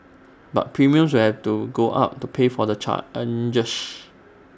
but premiums will have to go up to pay for the